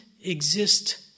exist